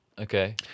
Okay